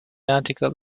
article